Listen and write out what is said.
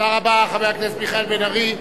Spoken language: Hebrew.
תודה רבה, חבר הכנסת מיכאל בן-ארי.